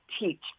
teach